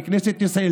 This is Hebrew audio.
מכנסת ישראל,